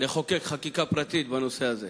לחוקק חקיקה פרטית בנושא הזה.